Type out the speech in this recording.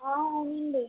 అవునండి